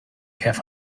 have